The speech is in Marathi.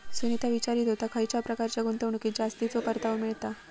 सुनीता विचारीत होता, खयच्या प्रकारच्या गुंतवणुकीत जास्तीचो परतावा मिळता?